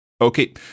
Okay